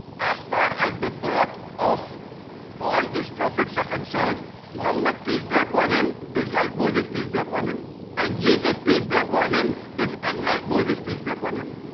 as far as the birth of all these prophets are concerned muhammad peace be upon him is like moses peace be upon him and jesus peace be upon him is unlike moses. peace. be upon him